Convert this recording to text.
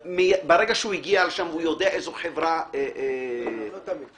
ברגע שהוא הגיע לשם והוא יודע איזו חברה --- לא תמיד.